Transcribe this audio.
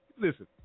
Listen